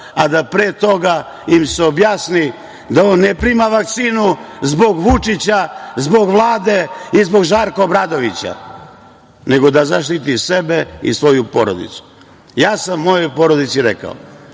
a da pre toga im se objasni da on ne prima vakcinu zbog Vučića, zbog Vlade i zbog Žarka Obradovića, nego da zaštiti sebe i svoju porodicu. Ja sam mojoj porodici rekao